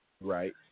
Right